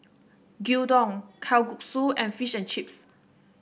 Gyudon Kalguksu and Fish and Chips